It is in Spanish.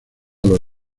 los